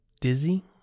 Dizzy